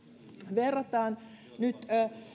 verrataan nyt